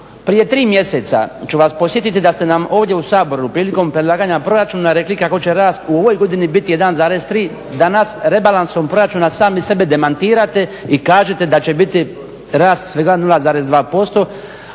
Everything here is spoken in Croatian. Prije 3 mjeseca, ću vas podsjetiti da ste nam ovdje u Saboru prilikom predlaganja proračuna rekli kako će rast u ovoj godini biti 1,3, danas rebalansom proračuna sami sebe demantirate i kažete da će biti rast svega 0,2%,